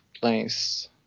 place